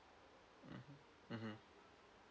mm mmhmm